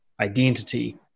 identity